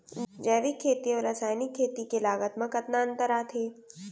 जैविक खेती अऊ रसायनिक खेती के लागत मा कतना अंतर आथे?